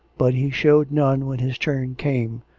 but he showed none when his turn came,